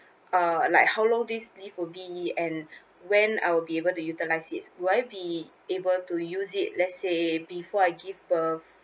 uh like how long this leave would be and when I will be able to utilize it would I be able to use it let's say before I give birth